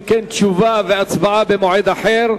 תשובה והצבעה במועד אחר.